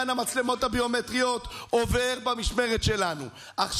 עכשיו החוק בעניין המצלמות הביומטריות עובר במשמרת שלנו,